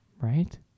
right